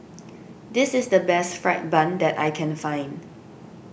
this is the best Fried Bun that I can find